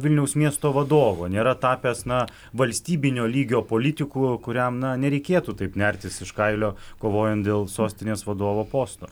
vilniaus miesto vadovo nėra tapęs na valstybinio lygio politiku kuriam na nereikėtų taip nertis iš kailio kovojant dėl sostinės vadovo posto